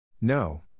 No